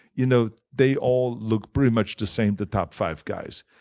you know they all look pretty much the same, the top five guys.